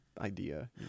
idea